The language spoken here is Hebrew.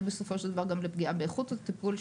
בסופו של דבר גם לפגיעה באיכות הטיפול,